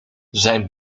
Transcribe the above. zijn